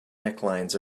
necklines